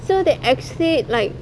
so they actually like